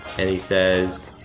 and he says,